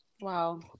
Wow